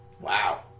Wow